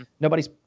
Nobody's